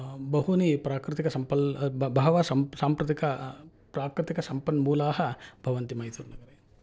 बहूनि प्राकृतिकसम्पल् बहवः साम्प्रतिक प्राकृतिकसम्पन्मूलाः भवन्ति मैसूरुनगरे